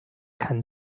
kann